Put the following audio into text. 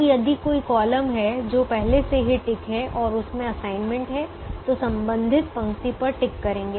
अब यदि कोई कॉलम है जो पहले से ही टिक है और उसमें असाइनमेंट है तो संबंधित पंक्ति पर टिक करेंगे